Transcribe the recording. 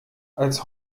als